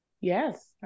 Yes